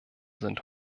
sind